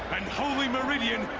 and holy meridian.